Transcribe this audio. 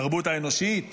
התרבות האנושית